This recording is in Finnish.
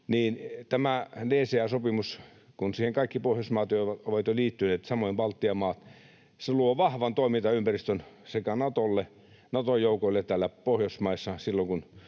niin tämä DCA-sopimus, kun siihen kaikki Pohjoismaat ovat jo liittyneet, samoin Baltian maat, luo vahvan toimintaympäristön Nato-joukoille täällä Pohjoismaissa silloin,